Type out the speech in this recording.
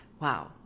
Wow